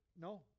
No